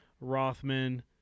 Rothman